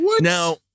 Now